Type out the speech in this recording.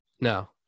No